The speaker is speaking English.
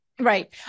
right